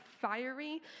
fiery